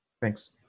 Thanks